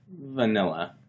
vanilla